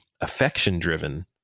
affection-driven